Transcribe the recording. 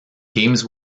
games